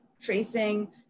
tracing